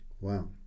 Wow